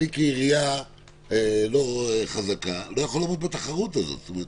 אני כעירייה לא חזקה, לא יכול לעמוד בתחרות הזאת.